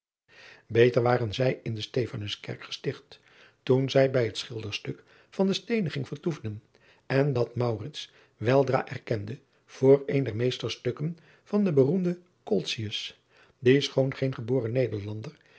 eter waren zij in de tephanus kerk gesticht toen zij bij het schilderstuk van de steeniging vertoefden en dat weldra erkende voor een der meesterstukken van den beroemden die schoon geen geboren ederlander